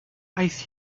aeth